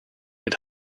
had